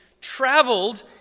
traveled